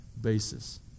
basis